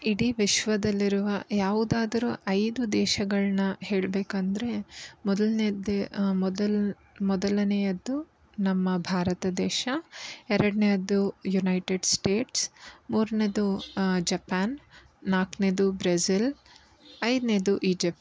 ಇಡೀ ವಿಶ್ವದಲ್ಲಿರುವ ಯಾವುದಾದರೂ ಐದು ದೇಶಗಳನ್ನು ಹೇಳಬೇಕಂದ್ರೆ ಮೊದಲನೇದು ಮೊದಲು ಮೊದಲನೆಯದ್ದು ನಮ್ಮ ಭಾರತ ದೇಶ ಎರಡನೇಯದು ಯುನೈಟೆಡ್ ಸ್ಟೇಟ್ಸ್ ಮೂರನೇದು ಜಪ್ಯಾನ್ ನಾಲ್ಕನೇಯದು ಬ್ರೆಝಿಲ್ ಐದನೇಯದು ಈಜಿಪ್ಟ್